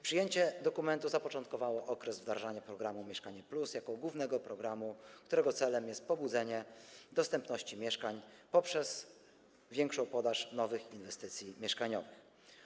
Przyjęcie dokumentu zapoczątkowało okres wdrażania programu „Mieszkanie+” jako głównego programu, którego celem jest pobudzenie dostępności mieszkań poprzez większą podaż nowych inwestycji mieszkaniowych.